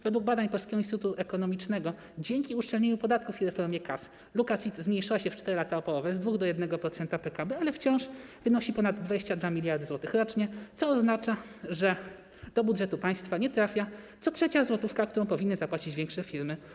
Według badań Polskiego Instytutu Ekonomicznego dzięki uszczelnieniu podatków i reformie KAS luka CIT zmniejszyła się w ciągu 4 lat aż o połowę: z 2% do 1% PKB, ale wciąż wynosi ponad 22 mld zł rocznie, co oznacza, że do budżetu państwa nie trafia co trzecia złotówka, którą powinny zapłacić większe firmy.